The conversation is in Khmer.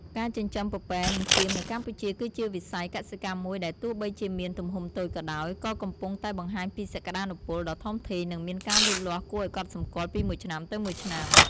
ការចិញ្ចឹមពពែនិងចៀមនៅកម្ពុជាគឺជាវិស័យកសិកម្មមួយដែលទោះបីជាមានទំហំតូចក៏ដោយ ក៏កំពុងតែបង្ហាញពីសក្តានុពលដ៏ធំធេងនិងមានការលូតលាស់គួរឱ្យកត់សម្គាល់ពីមួយឆ្នាំទៅមួយឆ្នាំ។